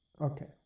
okay